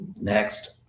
Next